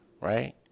right